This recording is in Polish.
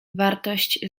wartość